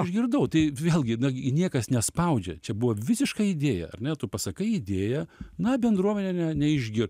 išgirdau tai vėlgi nagi niekas nespaudžia čia buvo visiška idėja ar ne tu pasakai idėją na bendruomenė ne neįšgir